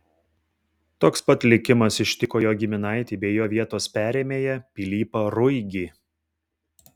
toks pat likimas ištiko jo giminaitį bei jo vietos perėmėją pilypą ruigį